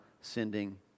sending